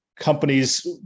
Companies